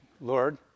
Lord